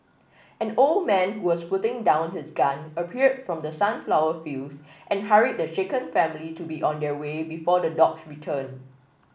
an old man was putting down his gun appeared from the sunflower fields and hurried the shaken family to be on their way before the dogs return